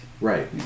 right